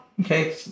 okay